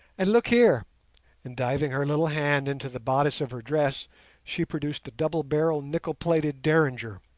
and look here and diving her little hand into the bodice of her dress she produced a double-barrelled nickel-plated derringer,